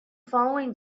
following